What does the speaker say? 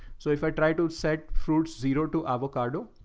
so if i try to set fruit zero to avocado,